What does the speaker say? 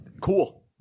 Cool